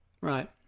Right